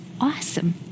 Awesome